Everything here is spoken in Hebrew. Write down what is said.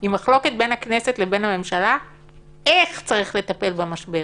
היא מחלוקת בין הכנסת לבין הממשלה איך צריך לטפל במשבר.